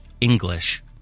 English